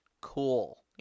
Cool